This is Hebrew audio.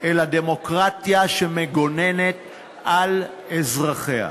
אלא דמוקרטיה שמגוננת על אזרחיה.